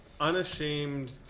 unashamed